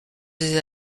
ces